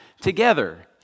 together